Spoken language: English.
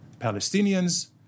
Palestinians